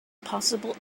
possible